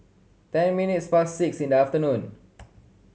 ten minutes past six in the afternoon